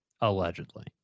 Allegedly